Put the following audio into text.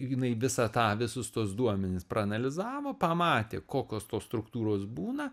jinai visą tą visus tuos duomenis praanalizavo pamatė kokios tos struktūros būna